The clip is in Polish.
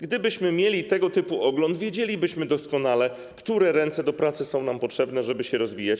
Gdybyśmy mieli tego typy ogląd, wiedzielibyśmy doskonale, które ręce do pracy są nam potrzebne, żeby się rozwijać.